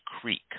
creek